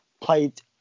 played